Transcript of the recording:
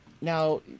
now